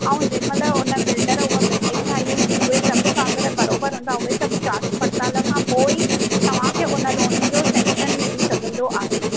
ऐं जेॾहिं महिल हुन बिल्डर उहा बिल्डिंग ठाहीं हूंदी उहे सभु काॻर बराबरि हूंदा उहे सभु जांच पड़ताल खां पोइ ई तव्हांखे हुन लोन जो सेंशन मिली सघंदो आहे